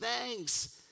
thanks